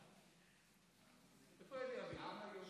איפה אלי אבידר?